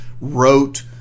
wrote